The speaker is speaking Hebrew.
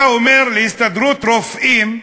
אתה אומר להסתדרות הרופאים,